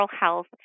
health